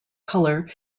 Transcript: color